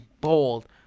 bold